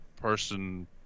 person